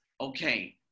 Okay